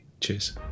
Cheers